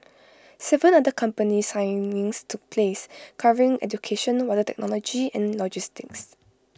Seven other company signings took place covering education water technology and logistics